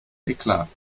eklat